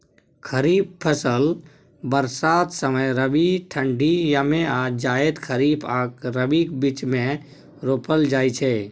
खरीफ फसल बरसात समय, रबी ठंढी यमे आ जाएद खरीफ आ रबीक बीचमे रोपल जाइ छै